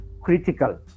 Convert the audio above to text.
critical